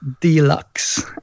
Deluxe